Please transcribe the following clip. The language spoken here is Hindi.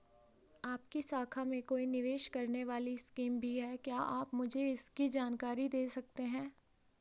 आपकी शाखा में कोई निवेश करने वाली स्कीम भी है क्या आप मुझे इसकी जानकारी दें सकते हैं?